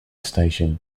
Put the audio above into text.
station